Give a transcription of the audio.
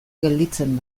gelditzen